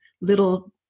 little